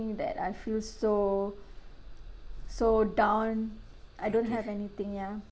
that I feel so so down I don't have anything ya